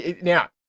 now